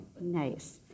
Nice